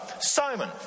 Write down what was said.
Simon